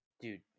Dude